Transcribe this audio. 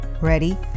Ready